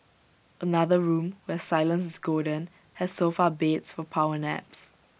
another room where silence is golden has sofa beds for power naps